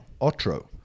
Otro